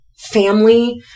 family